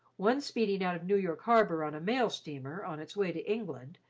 one speeding out of new york harbor on a mail steamer on its way to england,